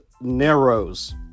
Narrows